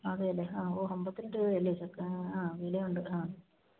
അതേ അല്ലെ ആ ഹോ അൻപത്തി രണ്ട് രൂപ ആണല്ലേ ചക്ക ആ വില ഉണ്ട് ആ